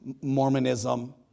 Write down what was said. Mormonism